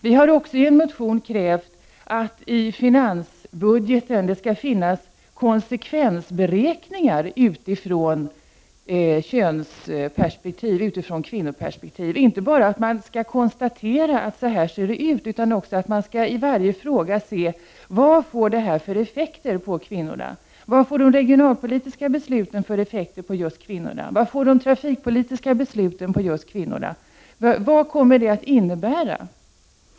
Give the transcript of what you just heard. Vi i vpk har i en motion krävt att det i finansbudgeten skall finnas konsekvens-beräkningar gjorda utifrån könsperspektiv, utifrån kvinnoperspektiv. Det skall inte bara konstateras att det ser ut på ett visst sätt, utan man skall i varje fråga ta reda på vilken effekt det får på kvinnorna. Vilka effekter får de regionalpolitiska besluten på just kvinnorna? Vilka effekter får de trafikpolitiska besluten på just kvinnorna? Vad kommer det att innebära?